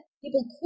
people